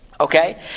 Okay